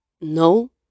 No